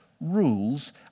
rules